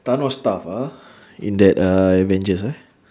thanos tough ah in that uh avengers ah